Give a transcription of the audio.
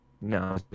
No